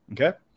Okay